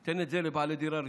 תן את זה לבעלי דירה ראשונה.